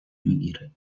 میگیره